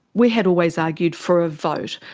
we had always argued for a vote.